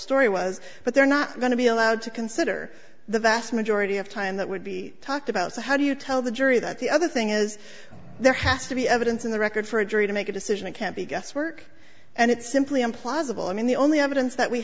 story was but they're not going to be allowed to consider the vast majority of time that would be talked about so how do you tell the jury that the other thing is there has to be evidence in the record for a jury to make a decision it can't be guesswork and it's simply implausible i mean the only evidence that we